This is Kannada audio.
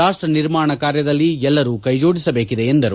ರಾಪ್ಟ ನಿರ್ಮಾಣ ಕಾರ್ಯದಲ್ಲಿ ಎಲ್ಲರೂ ಕೈಜೋಡಿಸಬೇಕಿದೆ ಎಂದರು